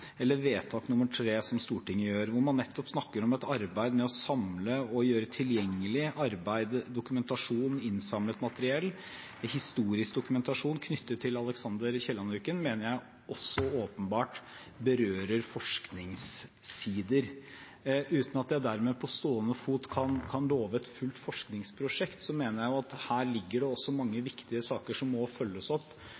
eller forslag til vedtak III i Stortinget, hvor man nettopp snakker om et arbeid med å samle og gjøre tilgjengelig arbeid med dokumentasjon og innsamlet materiell i en historisk dokumentasjon knyttet til Alexander L. Kielland-ulykken, mener jeg også åpenbart berører forskningssider. Uten at jeg dermed på stående fot kan love et fullt forskningsprosjekt, mener jeg at det her ligger